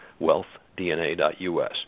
wealthdna.us